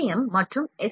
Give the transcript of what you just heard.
M மற்றும் S